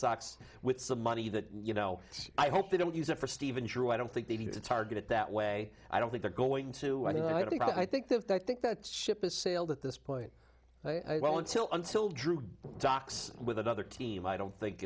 sox with some money that you know i hope they don't use it for stephen drew i don't think they need to target it that way i don't think they're going to i mean i but i think that i think that ship has sailed at this point well until until drew docks with another team i don't think